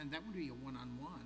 and that would be a one on one